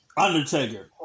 Undertaker